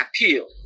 appeal